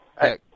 Hey